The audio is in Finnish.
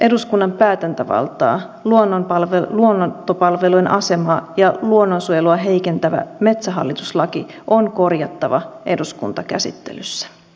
eduskunnan päätäntävaltaa luontopalvelujen asemaa ja luonnonsuojelua heikentävä metsähallitus laki on korjattava eduskuntakäsittelyssä